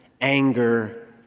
anger